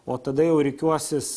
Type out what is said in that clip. o tada jau rikiuosis